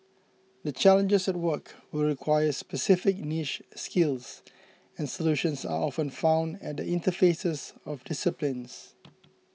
the challenges at work will require specific niche skills and solutions are often found at the interfaces of disciplines